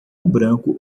branco